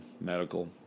medical